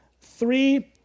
three